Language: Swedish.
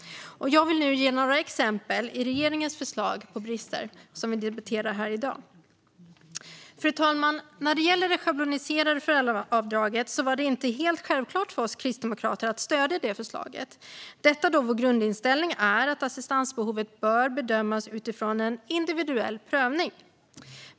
Jag vill nu ge några exempel på brister i det förslag från regeringen som vi debatterar här i dag. Fru talman! När det gäller det schabloniserade föräldraavdraget var det inte helt självklart för oss kristdemokrater att stödja förslaget, då vår grundinställning är att assistansbehovet bör bedömas utifrån en individuell prövning.